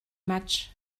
match